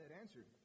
answered